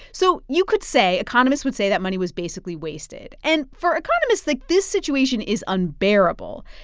so you could say economists would say that money was basically wasted, and for economists, like, this situation is unbearable.